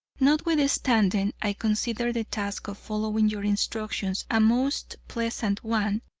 notwithstanding i consider the task of following your instructions a most pleasant one,